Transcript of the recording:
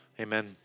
amen